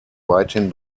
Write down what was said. weithin